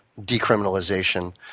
decriminalization